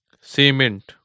Cement